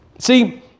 See